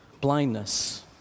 blindness